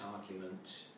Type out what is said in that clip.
argument